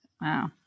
Wow